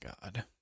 god